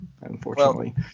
unfortunately